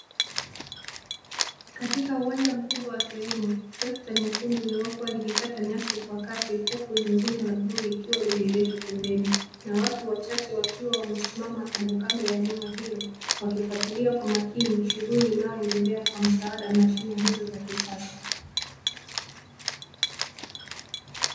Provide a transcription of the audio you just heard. Katika uwanja mkubwa wa kilimo trekta nyekundu lililokuwa likikata nyasi kwa kasi, huku lingine la bluu likiwa limeegeshwa pembeni. Na watu wachache wakiwa wamesimama kandokando ya eneo hilo wakifuatilia kwa makini shughuli inayoendelea kwa msaada wa mashine hizo za kisasa.